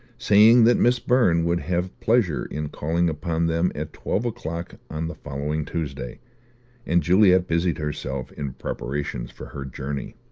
saying that miss byrne would have pleasure in calling upon them at twelve o'clock on the following tuesday and juliet busied herself in preparations for her journey.